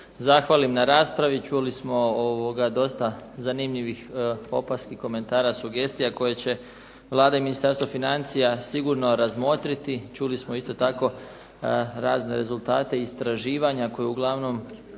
zahvalim na raspravi. Čuli smo dosta zanimljivih opaski, komentara, sugestija koje će Vlada i Ministarstvo financija sigurno razmotriti. Čuli smo isto tako razne rezultate istraživanja koje uglavnom